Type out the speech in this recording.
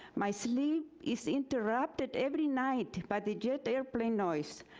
my sleep is interrupted every night by the airplane noise.